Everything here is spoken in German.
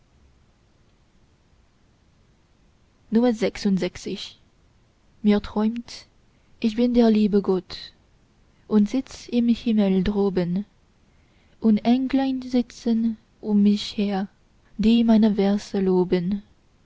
mir träumt ich bin der liebe gott und sitz im himmel droben und englein sitzen um mich her die meine verse loben